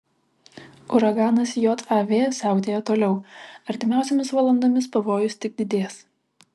uraganas jav siautėja toliau artimiausiomis valandomis pavojus tik didės